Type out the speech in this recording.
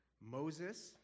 Moses